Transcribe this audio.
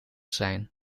zijn